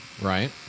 Right